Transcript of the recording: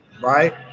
right